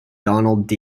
donald